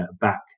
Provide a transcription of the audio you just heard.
back